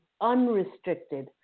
unrestricted